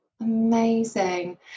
amazing